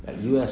mm